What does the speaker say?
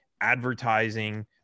advertising